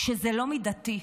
שזה לא מידתי.